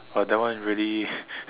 !wah! that one is really